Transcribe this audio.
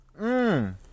Mmm